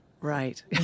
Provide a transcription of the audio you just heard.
Right